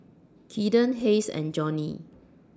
Kaeden Hays and Johny